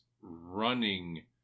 running